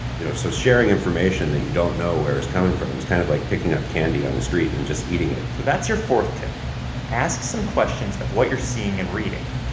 you know. so sharing information that you don't know where it's coming from is kind of like picking up candy on the street and just eating it so that's your fourth tip ask some questions of what you're seeing and reading.